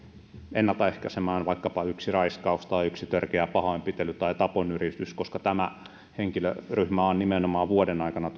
ennaltaehkäisemään vaikkapa yksi raiskaus tai yksi törkeä pahoinpitely tai tapon yritys koska tämä henkilöryhmä on selvityksen mukaan nimenomaan vuoden aikana